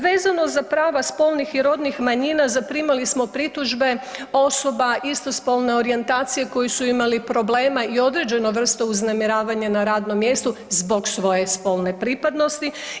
Vezano za prava spolnih i rodnih manjina zaprimali smo pritužbe osoba istospolne orijentacije koji su imali problema i određenu vrstu uznemiravanja na radnom mjestu zbog svoje spolne pripadnosti.